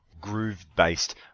groove-based